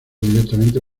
directamente